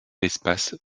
espace